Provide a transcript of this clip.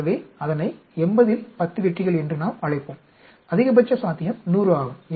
ஆகவே அதனை 80 இல் 10 வெற்றிகள் என்று நாம் அழைப்போம் அதிகபட்ச சாத்தியம் 100 ஆகும்